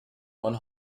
one